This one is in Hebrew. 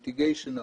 נטיגיישן,